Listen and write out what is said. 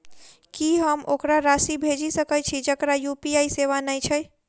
की हम ओकरा राशि भेजि सकै छी जकरा यु.पी.आई सेवा नै छै?